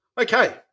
Okay